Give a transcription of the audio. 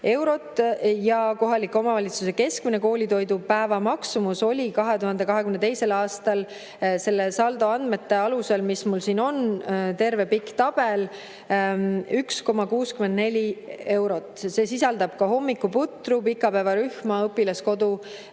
ja kohaliku omavalitsuse keskmine koolitoidu päevamaksumus oli 2022. aastal – selle saldo andmete alusel, mis mul siin on, terve pikk tabel – 1,64 eurot. See sisaldab ka hommikuputru, pikapäevarühma ja õpilaskodu